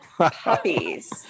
puppies